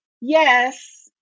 Yes